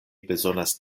bezonas